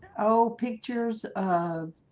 oh, pictures of